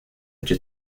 ocho